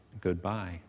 goodbye